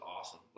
awesome